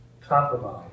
compromise